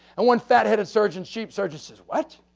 and one fat headed sergeants. chief sergeant says, what?